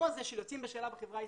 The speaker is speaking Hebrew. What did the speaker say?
הזה של יוצאים בשאלה בחברה הישראלית?